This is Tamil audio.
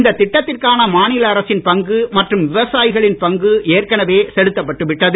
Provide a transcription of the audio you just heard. இந்த திட்டத்திற்கான மாநில அரசின் பங்கு மற்றும் விவசாயிகளின் பங்கு ஏற்கனவே செலுத்தப்பட்டுவிட்டது